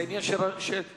זה עניין של סמכות,